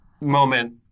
moment